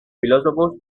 filósofos